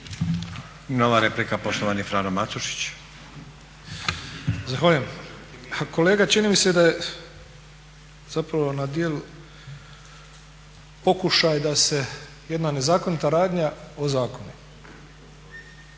Nova replika, poštovani Frano Matušić. **Matušić, Frano (HDZ)** Zahvaljujem. Ha kolega čini mi se da je zapravo na djelu pokušaj da se jedna nezakonita radnja ozakoni.